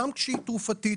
גם כשהיא תרופתית